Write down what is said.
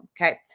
okay